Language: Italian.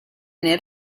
nel